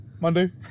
Monday